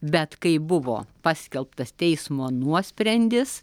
bet kai buvo paskelbtas teismo nuosprendis